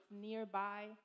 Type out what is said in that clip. nearby